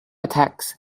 attacks